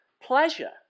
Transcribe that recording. pleasure